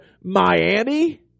Miami